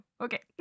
Okay